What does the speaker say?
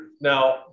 Now